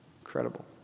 Incredible